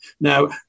Now